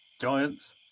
Giants